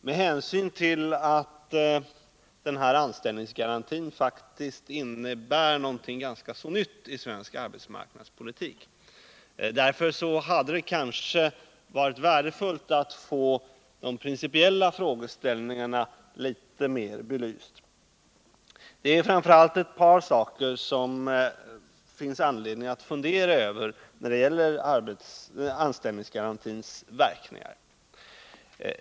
Den aktuella anställningsgarantin är faktiskt någonting ganska nytt i svensk arbetsmarknadspolitik, och därför hade det varit värdefullt att få de principiella frågeställningarna litet utförligare belysta. Det är framför allt ett par saker som det finns anledning att fundera över när det gäller anställningsgarantins verkningar.